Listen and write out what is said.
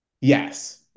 Yes